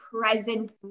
present